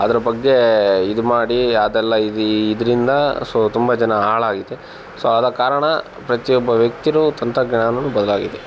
ಅದ್ರ ಬಗ್ಗೆ ಇದು ಮಾಡಿ ಅದೆಲ್ಲ ಇದು ಇದರಿಂದ ಸೊ ತುಂಬ ಜನ ಹಾಳಾಗಿದೆ ಸೊ ಆದ ಕಾರಣ ಪ್ರತಿಯೊಬ್ಬ ವ್ಯಕ್ತಿಯೂ ತಂತ್ರಜ್ಞಾನವನ್ನು ಬದಲಾಗಿದೆ